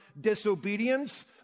disobedience